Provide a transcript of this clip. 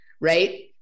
right